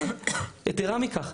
יתרה מכך,